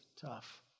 tough